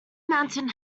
mountain